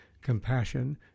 compassion